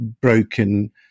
broken